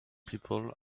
people